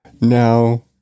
now